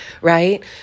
Right